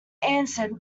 answered